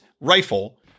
rifle